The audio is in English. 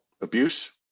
abuse